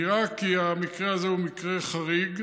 נראה כי המקרה הזה הוא מקרה חריג.